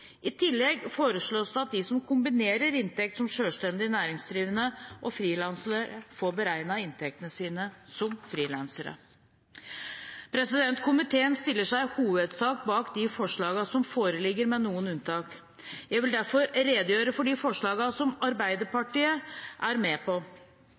I tillegg foreslås det at de som kombinerer inntekt som selvstendig næringsdrivende og frilansere, får beregnet inntektene sine som frilansere. Komiteen stiller seg i hovedsak bak de forslagene som foreligger, med noen unntak. Jeg vil derfor redegjøre for de forslagene som Arbeiderpartiet er med på.